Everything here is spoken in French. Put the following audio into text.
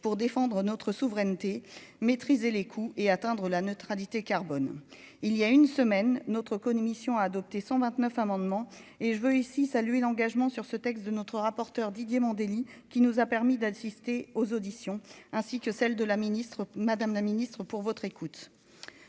pour défendre notre souveraineté maîtriser les coûts et atteindre la neutralité carbone il y a une semaine, notre commission a adopté 129 amendements et je veux ici saluer l'engagement sur ce texte de notre rapporteur Didier Mandelli qui nous a permis d'assister aux auditions ainsi que celle de la ministre, Madame la Ministre, pour votre écoute